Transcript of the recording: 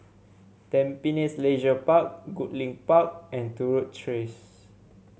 Tampines Leisure Park Goodlink Park and Turut Track